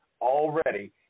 Already